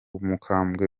umukambwe